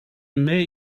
mais